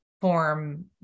form